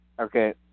okay